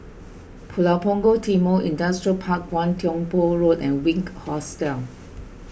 Pulau Punggol Timor Industrial Park one Tiong Poh Road and Wink Hostel